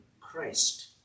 Christ